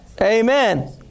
Amen